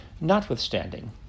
Notwithstanding